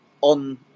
on